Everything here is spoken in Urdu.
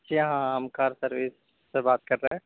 کیا ہم کار سروس سے بات کر رہے ہیں